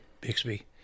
Bixby